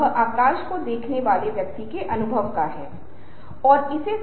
इसका पता लगाने के लिए एक छोटा सा आचरण करेंगे